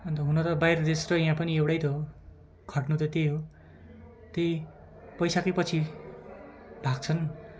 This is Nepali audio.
अन्त हुन त बाहिर देश र यहाँ पनि एउटै हो खट्नु त त्यही हो त्यही पैसाकै पछि लाग्छन्